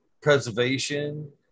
preservation